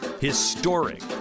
historic